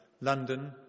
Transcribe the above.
London